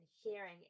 hearing